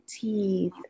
teeth